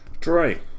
Troy